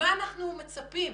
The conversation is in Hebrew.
מה אנחנו מצפים,